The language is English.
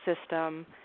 system